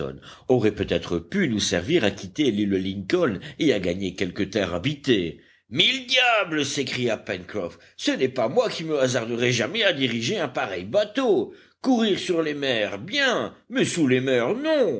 aurait peut-être pu nous servir à quitter l'île lincoln et à gagner quelque terre habitée mille diables s'écria pencroff ce n'est pas moi qui me hasarderais jamais à diriger un pareil bateau courir sur les mers bien mais sous les mers non